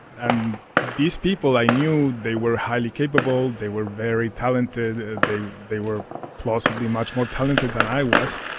and these people, i knew they were highly capable they were very talented. they they were possibly much more talented than i was.